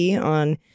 on